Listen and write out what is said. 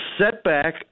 setback